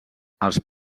els